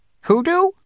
Hoodoo